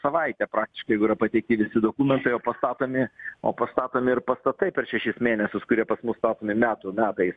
savaitę praktiškai jeigu yra pateikti visi dokumentai o pastatomi o pastatomi ir pastatai per šešis mėnesius kurie pas mus statomi metų metais